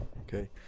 Okay